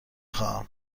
خواهم